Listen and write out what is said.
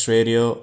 Radio